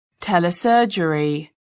Telesurgery